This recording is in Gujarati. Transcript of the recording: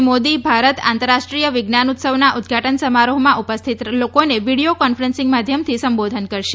શ્રી મોદી ભારત આંતરરાષ્ટ્રીય વિજ્ઞાન ઉત્સવના ઉદ્દઘાટન સમારોહમાં ઉપસ્થિત લોકોને વીડિયો કોન્ફરન્સીંગ માધ્યમથી સંબોધન કરશે